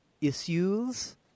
issues